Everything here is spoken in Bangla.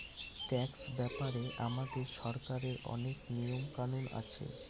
ট্যাক্স ব্যাপারে আমাদের সরকারের অনেক নিয়ম কানুন আছে